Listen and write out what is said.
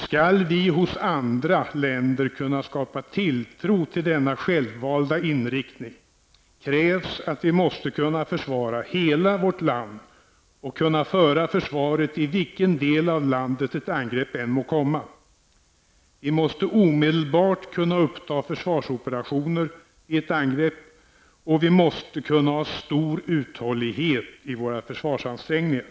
Skall vi hos andra länder kunna skapa tilltro till denna självvalda inriktning, krävs att vi måste kunna försvara hela vårt land och kunna föra försvaret i vilken del av landet ett angrepp än må komma. Vi måste omedelbart kunna uppta försvarsoperationer vid ett angrepp, och vi måste kunna ha stor uthållighet i våra försvarsansträngningar.